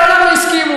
הם מעולם לא הסכימו.